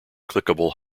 clickable